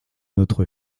notre